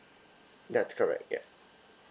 that's correct yeah